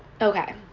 Okay